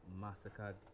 massacred